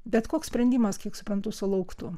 bet koks sprendimas kiek suprantu sulauktų